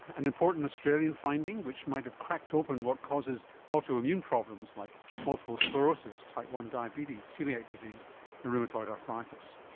an important australian finding which might have cracked open what causes autoimmune problems like multiple sclerosis, type one diabetes, coeliac disease and rheumatoid arthritis.